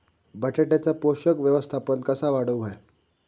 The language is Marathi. बटाट्याचा पोषक व्यवस्थापन कसा वाढवुक होया?